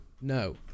No